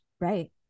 Right